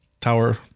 tower